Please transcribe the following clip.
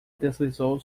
deslizou